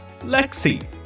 Lexi